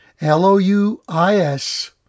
L-O-U-I-S